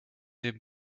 den